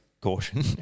caution